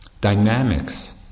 dynamics